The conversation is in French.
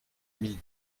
mille